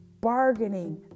Bargaining